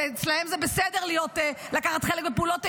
שאצלם זה בסדר לקחת חלק בפעולות איבה.